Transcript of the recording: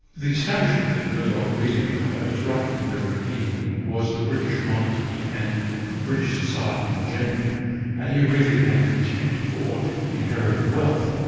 the establishment that murdoch really opposed right from the very beginning was the british monarchy and british society more generally and he really had contempt for inherited wealth.